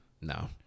No